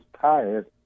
tired